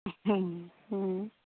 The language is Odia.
ହୁଁ ହୁଁ